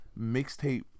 Mixtape